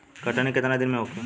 कटनी केतना दिन में होखे?